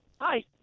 Hi